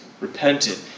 repented